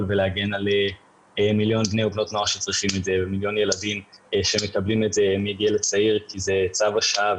ולהגן על מיליון בני ובנות נוער שצריכים את ההגנה הזאת כי זה צו השעה.